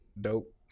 dope